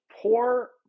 poor